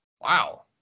Wow